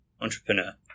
entrepreneur